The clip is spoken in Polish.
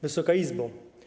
Wysoka Izbo!